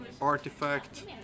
Artifact